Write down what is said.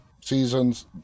seasons